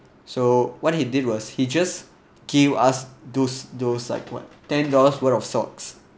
so what he did was he just gave us those those like what ten dollars worth of socks